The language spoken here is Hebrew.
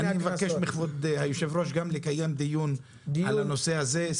אני מבקש מכבוד היושב-ראש גם לקיים דיון על הנושא הזה ספציפית.